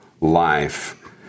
life